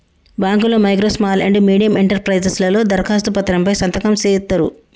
బాంకుల్లో micro small and medium enterprises లలో దరఖాస్తు పత్రం పై సంతకం సేయిత్తరు